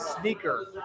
sneaker